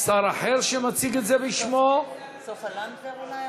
הצעת חוק סיוע כלכלי לעידוד לומדי תורה וסטודנטים נזקקים,